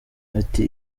ati